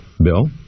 Bill